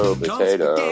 potato